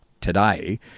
today